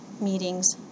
meetings